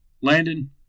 Landon